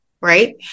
right